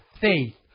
faith